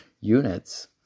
units